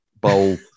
bowl